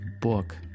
book